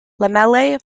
lamellae